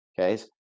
okay